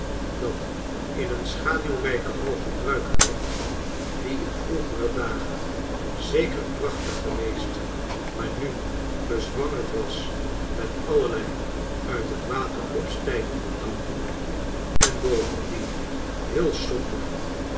dat in een schaduwrijke hal gebruikt werd die in vroegere dag en zeker prachtig geweest maar nu bezwangerd was met allerlei uit het water opstijgende dampen en bovendien heel somber